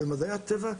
במדעי הטבע,